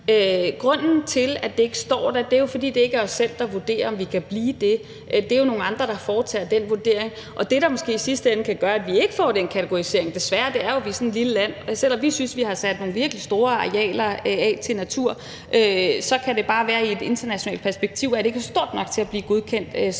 Grunden til, at det ikke står der, er jo, at det ikke er os selv, der vurderer, om de kan blive det. Det er jo nogle andre, der foretager den vurdering. Det, der måske i sidste ende desværre kan gøre, at vi ikke får den kategorisering, er, at vi er sådan et lille land. Selv om vi synes, at vi har sat nogle virkelig store arealer af til natur, så kan det bare være sådan, at de i et internationalt perspektiv ikke er store nok til at blive godkendt